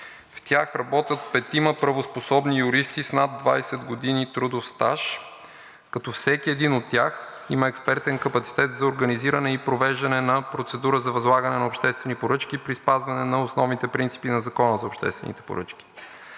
В тях работят петима правоспособни юристи с над 20 години трудов стаж, като всеки един от тях има експертен капацитет за организиране и провеждане на процедура за възлагане на обществени поръчки при спазване на основните принципи на Закона за обществените поръчки.